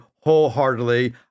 wholeheartedly